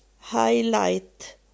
highlight